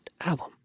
album